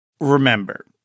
Remember